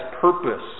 purpose